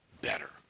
better